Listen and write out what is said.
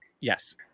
Yes